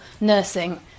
nursing